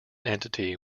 entity